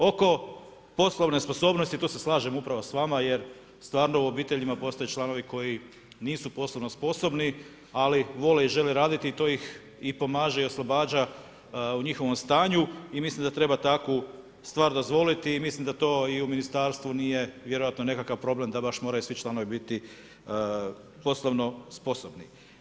Oko poslovne sposobnosti, tu se slažem upravo s vama jer stvarno u obiteljima postoje članovi koji nisu poslovno sposobni, ali vole i žele raditi i to ih i pomaže i oslobađa u njihovom stanju i mislim da treba takvu stvar dozvoliti i mislim da to i u ministarstvu nije vjerojatno nekakav problem da baš moraju svi članovi biti poslovno sposobni.